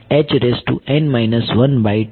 ok